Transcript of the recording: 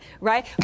right